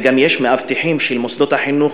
וגם יש מאבטחים של מוסדות החינוך,